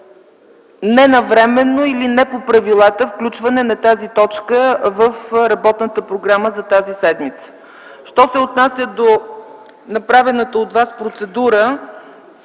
ненавременно или не по правилата включване на тази точка в работната програма за тази седмица. Що се отнася до направената от Вас процедура